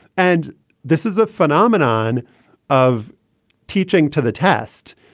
and this is a phenomenon of teaching to the test.